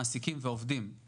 למעסיקים ולעובדים.